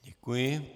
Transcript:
Děkuji.